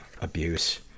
abuse